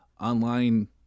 online